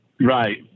Right